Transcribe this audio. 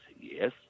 Yes